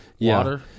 water